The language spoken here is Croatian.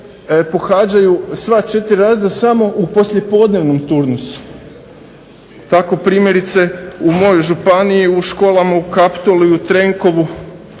pohađaju sva 4 razreda samo u poslijepodnevnom turnusu. Tako primjerice u mojoj županiji u školama u Kaptolu i u Trenkovu